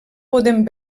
podem